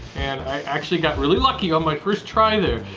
and i actually got really lucky on my first try there.